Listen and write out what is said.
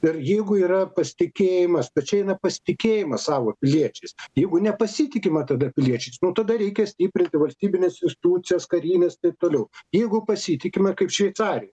ir jeigu yra pasitikėjimas stačiai nepasitikėjimas savo piliečiais jeigu nepasitikima tada piliečiais nu tada reikia stiprinti valstybinės institucijas karines taip toliau jeigu pasitikime kaip šveicarijoj